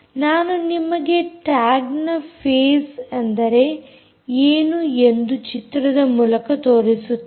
ನಾನು ನಿಮಗೆ ಟ್ಯಾಗ್ನ ಫೇಸ್ ಅಂದರೆ ಏನು ಎಂದು ಚಿತ್ರದ ಮೂಲಕ ತೋರಿಸುತ್ತೇನೆ